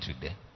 today